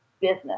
business